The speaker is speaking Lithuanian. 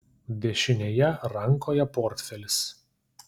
dešinėje rankoje portfelis